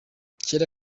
cyera